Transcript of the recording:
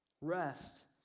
Rest